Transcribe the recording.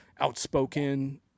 outspoken